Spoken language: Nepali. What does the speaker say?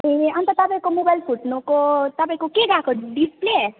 ए अन्त तपाईँको मोबाइल फुट्नुको तपाईँको के गएको डिस्प्ले